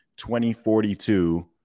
2042